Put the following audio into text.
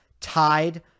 tied